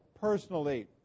personally